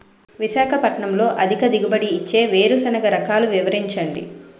విశాఖపట్నంలో అధిక దిగుబడి ఇచ్చే వేరుసెనగ రకాలు వివరించండి?